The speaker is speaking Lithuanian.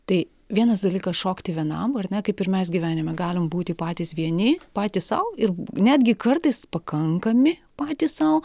tai vienas dalykas šokti vienam ar ne kaip ir mes gyvenime galim būti patys vieni patys sau ir netgi kartais pakankami patys sau